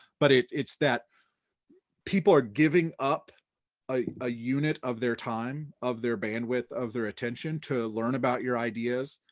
but it's it's that people are giving up a unit of their time, of their bandwidth, of their attention, to learn about your ideas.